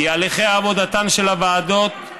כי עבודתן של הוועדות נעשית בשקיפות.